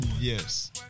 Yes